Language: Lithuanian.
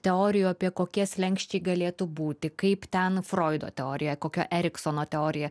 teorijų apie kokie slenksčiai galėtų būti kaip ten froido teorija kokia eriksono teorija